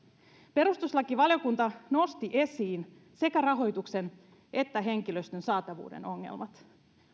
perustuslakivaliokunta nosti esiin sekä rahoituksen että henkilöstön saatavuuden ongelmat